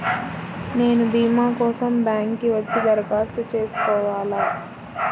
నేను భీమా కోసం బ్యాంక్కి వచ్చి దరఖాస్తు చేసుకోవాలా?